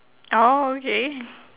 orh okay